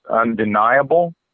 undeniable